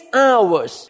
hours